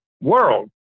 world